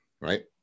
right